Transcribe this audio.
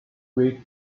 week